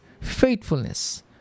faithfulness